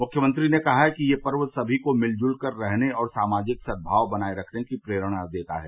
मुख्यमंत्री ने कहा है कि यह पर्व समी को मिलजुल कर रहने और सामाजिक सद्भाव बनाए रखने की प्रेरणा देता है